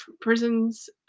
prisons